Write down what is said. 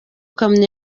kamyo